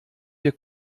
wir